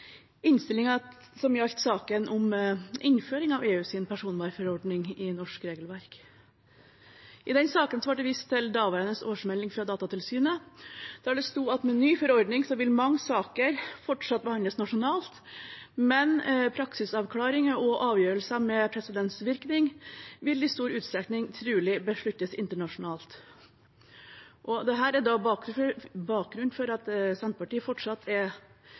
som gjaldt saken om innføring av EUs personvernforordning i norsk regelverk. I den saken ble det vist til daværende årsmelding fra Datatilsynet, der det sto at med ny forordning vil mange saker fortsatt behandles nasjonalt, men praksisavklaringer og avgjørelser med presedensvirkning vil i stor utstrekning trolig besluttes internasjonalt. Dette er bakgrunnen for at Senterpartiet fortsatt er